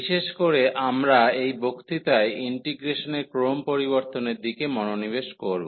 বিশেষ করে আমরা এই বক্তৃতায় ইন্টিগ্রেশনের ক্রম পরিবর্তনের দিকে মনোনিবেশ করব